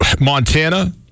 Montana